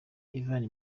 ivan